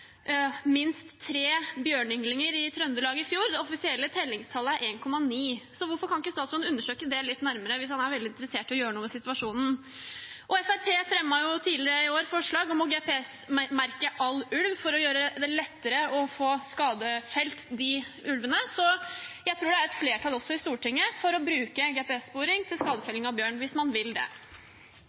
minst tre bjørneynglinger i Trøndelag i fjor. Det offisielle tellingstallet er 1,9. Så hvorfor kan ikke statsråden undersøke det litt nærmere hvis han er veldig interessert i å gjøre noe med situasjonen? Og Fremskrittspartiet fremmet tidligere i år forslag om å GPS-merke all ulv for å gjøre det lettere å få skadefelt de ulvene, så jeg tror det er et flertall også i Stortinget for å bruke GPS-sporing til skadefelling av bjørn hvis man vil det.